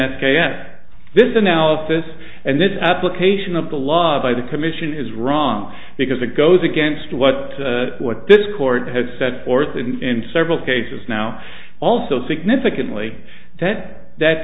f this analysis and that application of the law by the commission is wrong because it goes against what what this court had set forth in several cases now also significantly that that